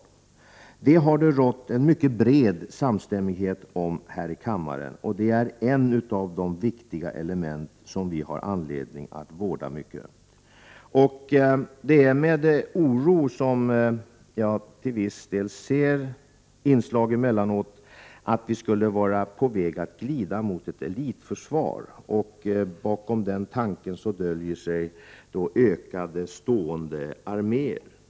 På den punkten har det varit en mycket bred samstämmighet här i kammaren, och det är ett av de viktiga element som vi har anledning att vårda mycket ömt. Det är med oro som jag till viss del emellanåt ser inslag som visar att vi skulle vara på väg att glida mot ett elitförsvar. Bakom den tanken döljer sig ökade stående arméer.